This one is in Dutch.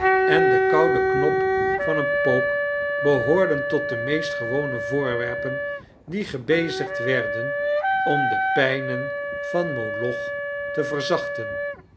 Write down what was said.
en den kouden knop van een pook behoorden tot de meest gewone voorwerpen die gebezigd werden om de pijnen van moloch te verzachten